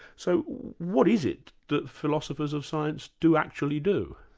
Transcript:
so what is it that philosophers of science do actually do?